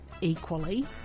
equally